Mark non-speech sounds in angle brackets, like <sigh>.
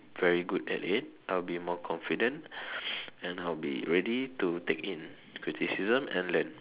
very good at it I'll be more confident <noise> and I'll be ready to take in more criticism and learn